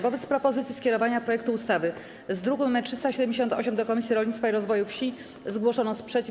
Wobec propozycji skierowania projektu ustawy z druku nr 378 do Komisji Rolnictwa i Rozwoju Wsi zgłoszono sprzeciw.